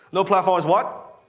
no platform is what?